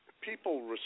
people